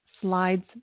slides